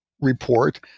report